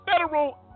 federal